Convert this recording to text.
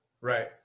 Right